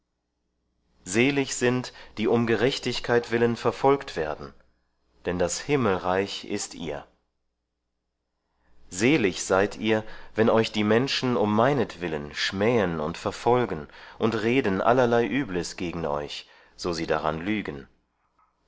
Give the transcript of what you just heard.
selig sind die um gerechtigkeit willen verfolgt werden denn das himmelreich ist ihr selig seid ihr wenn euch die menschen um meinetwillen schmähen und verfolgen und reden allerlei übles gegen euch so sie daran lügen